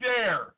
dare